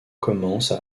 commence